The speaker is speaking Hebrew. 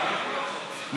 יש מחדל.